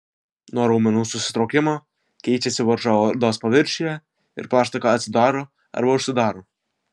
nuo raumenų susitraukimo keičiasi varža odos paviršiuje ir plaštaka atsidaro arba užsidaro